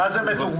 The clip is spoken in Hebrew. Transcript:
מה זה מתוגמל?